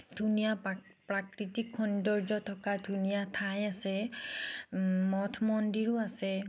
ধুনীয়া প্ৰাক প্ৰাকৃতিক সৌন্দৰ্য্য় থকা ধুনীয়া ঠাই আছে মঠ মন্দিৰো আছে